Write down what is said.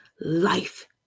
life